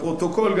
לפרוטוקול,